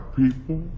people